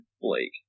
Blake